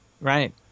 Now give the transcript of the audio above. right